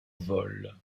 vol